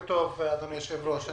אדוני היושב-ראש,